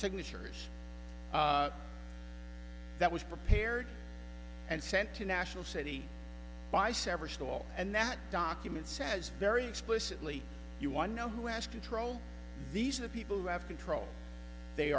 signatures that was prepared and sent to national city by severstal and that document says very explicitly you want to know who has control these are the people who have control they